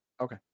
okay